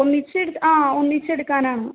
ഒന്നിച്ച് എട് ആ ഒന്നിച്ചെടുക്കാനാണ്